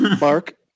Mark